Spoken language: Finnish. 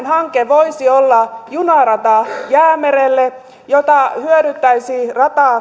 hanke voisi olla junarata jäämerelle rata hyödyttäisi